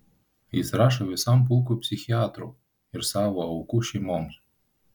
jis rašo visam pulkui psichiatrų ir savo aukų šeimoms